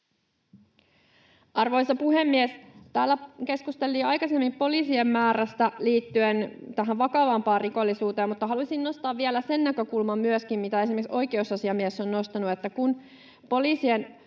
Arvoisa puhemies! Täällä keskusteltiin aikaisemmin poliisien määrästä liittyen vakavampaan rikollisuuteen, mutta haluaisin nostaa vielä sen näkökulman, mitä esimerkiksi oikeusasiamies on nostanut, että kun poliisien